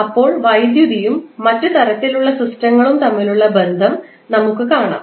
അപ്പോൾ വൈദ്യുതിയും മറ്റ് തരത്തിലുള്ള സിസ്റ്റങ്ങളും തമ്മിലുള്ള ബന്ധം നമുക്ക് കാണാം